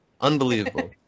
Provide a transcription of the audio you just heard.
Unbelievable